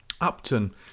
Upton